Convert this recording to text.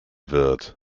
wird